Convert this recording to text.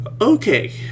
okay